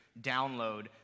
download